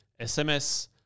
SMS